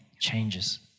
changes